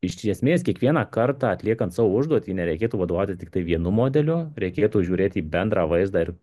iš esmės kiekvieną kartą atliekant savo užduotį nereikėtų vadovautis tiktai vienu modeliu reikėtų žiūrėti į bendrą vaizdą ir